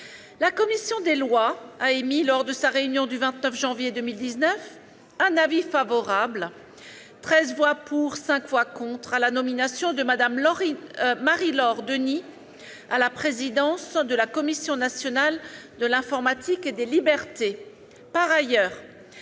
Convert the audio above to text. la commission des lois a émis, lors de sa réunion du 29 janvier 2019, un avis favorable- 13 voix pour, 5 voix contre -à la nomination de Mme Marie-Laure Denis à la présidence de la Commission nationale de l'informatique et des libertés.